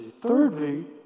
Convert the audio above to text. thirdly